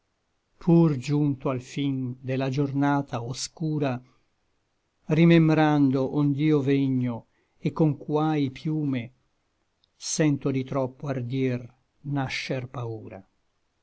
pur giunto al fin de la giornata oscura rimembrando ond'io vegno et con quai piume sento di troppo ardir nascer paura